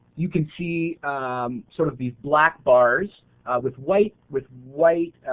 you can see sort of the black bars with white with white